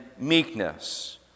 meekness